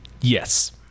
Yes